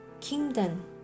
Kingdom